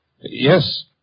Yes